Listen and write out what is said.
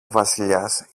βασιλιάς